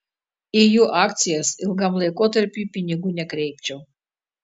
į jų akcijas ilgam laikotarpiui pinigų nekreipčiau